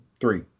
three